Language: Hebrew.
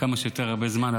כמה שיותר זמן,